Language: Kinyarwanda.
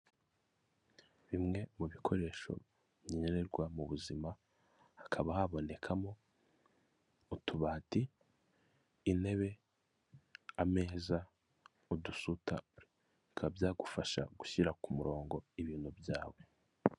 Bimwe mu bikoresho nkenerwa mu buzima hakaba habonekamo utubati, intebe, ameza, udusutabure bikaba byagufasha gushyira ku murongo ibintu byawe.